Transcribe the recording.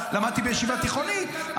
למדתי בישיבה תיכונית,